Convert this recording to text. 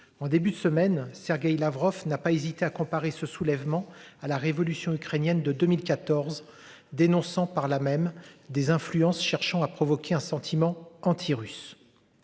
En début de semaine. Sergueï Lavrov n'a pas hésité à comparer ce soulèvement à la révolution ukrainienne de 2014 dénonçant par là même des influences cherchant à provoquer un sentiment anti-russe.